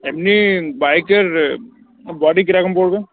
এমনি বাইকের বডি কিরকম পড়বে